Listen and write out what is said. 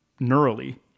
neurally